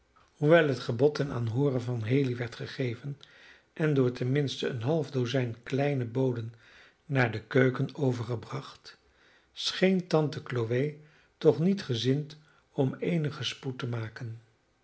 hoewel het gebod ten aanhoore van haley werd gegeven en door tenminste een half dozijn kleine boden naar de keuken overgebracht scheen tante chloe toch niet gezind om eenigen spoed te maken